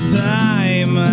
time